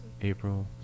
April